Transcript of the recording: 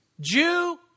Jew